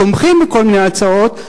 תומכים בכל מיני הצעות,